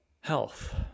health